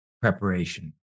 preparation